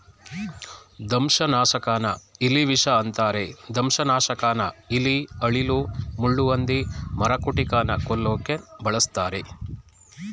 ದಂಶನಾಶಕನ ಇಲಿವಿಷ ಅಂತರೆ ದಂಶನಾಶಕನ ಇಲಿ ಅಳಿಲು ಮುಳ್ಳುಹಂದಿ ಮರಕುಟಿಕನ ಕೊಲ್ಲೋಕೆ ಬಳುಸ್ತರೆ